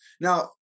Now